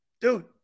dude